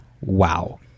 wow